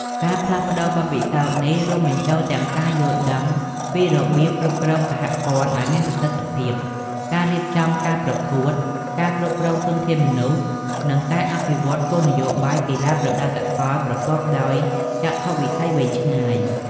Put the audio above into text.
ការផ្លាស់ប្ដូរបទពិសោធន៍នេះរួមបញ្ចូលទាំងការយល់ដឹងពី របៀបគ្រប់គ្រងសហព័ន្ធឲ្យមានប្រសិទ្ធភាព ការរៀបចំការប្រកួត ការគ្រប់គ្រងធនធានមនុស្ស និងការអភិវឌ្ឍគោលនយោបាយកីឡាប្រដាល់សកលប្រកបដោយចក្ខុវិស័យវែងឆ្ងាយ។